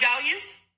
values